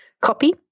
copy